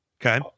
Okay